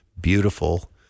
beautiful